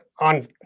on